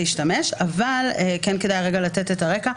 -- אבל כן כדאי רגע לתת את הרקע.